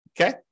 Okay